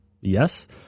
yes